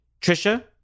Trisha